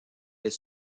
est